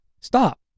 stop